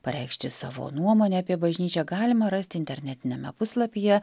pareikšti savo nuomonę apie bažnyčią galima rasti internetiniame puslapyje